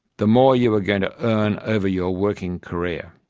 the more you are going to earn over your working career.